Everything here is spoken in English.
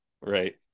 Right